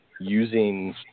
using